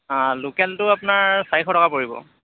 লোকেলটো আপোনাৰ চাৰিশ টকা পৰিব